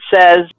says